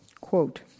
Quote